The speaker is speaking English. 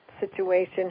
situation